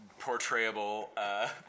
portrayable